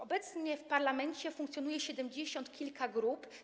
Obecnie w parlamencie funkcjonuje siedemdziesiąt kilka grup.